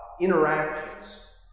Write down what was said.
interactions